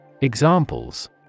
Examples